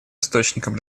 источником